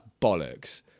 bollocks